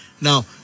Now